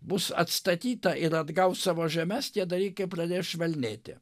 bus atstatyta ir atgaus savo žemes tie dalykai pradės švelnėti